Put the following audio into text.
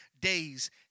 days